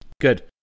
Good